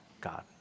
God